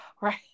right